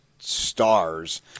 stars